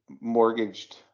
mortgaged